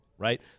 Right